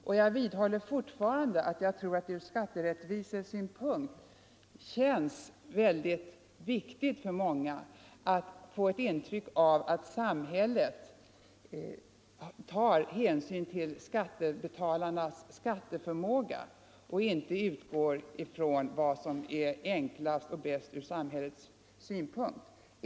Och jag vidhåller att det från skatterättvisesynpunkt känns viktigt för många att få ett intryck av att samhället tar hänsyn till skattebetalarnas skatteförmåga och inte utgår från vad som är enklast från samhällets synpunkt.